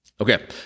Okay